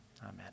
Amen